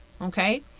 okay